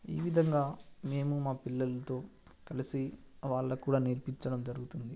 ఈ విధంగా మేము మా పిల్లలతో కలిసి వాళ్లకు కూడా నేర్పించడం జరుగుతుంది